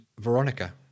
Veronica